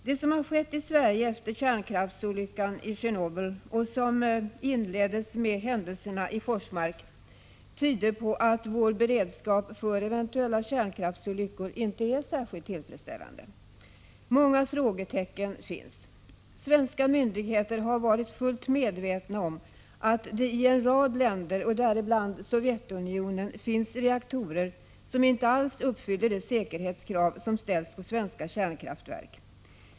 Det som har skett i Sverige efter kärnkraftsolyckan i Tjernobyl och som inleddes med händelserna i Forsmark tyder på att vår beredskap för eventuella kärnkraftsolyckor inte är särskilt tillfredsställande. Många frågetecken finns. Svenska myndigheter har varit fullt medvetna om att det i en rad länder, däribland Sovjetunionen, finns reaktorer som inte alls uppfyller de säkerhetskrav som ställs på svenska kärnkraftverk.